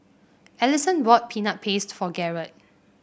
Alison bought Peanut Paste for Garrett